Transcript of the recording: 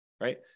right